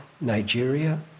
Nigeria